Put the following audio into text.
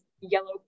yellow